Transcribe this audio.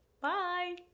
Bye